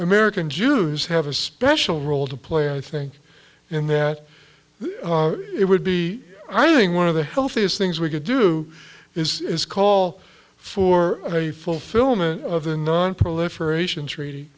american jews have a special role to play i think in that it would be i think one of the healthiest things we could do is call for a fulfillment of the nonproliferation treaty